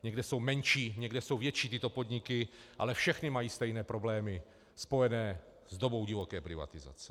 Někde jsou menší, někde jsou větší tyto podniky, ale všechny mají stejné problémy spojené s dobou divoké privatizace.